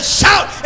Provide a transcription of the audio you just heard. shout